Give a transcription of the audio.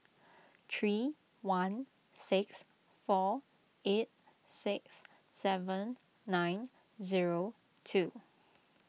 three one six four eight six seven nine zero two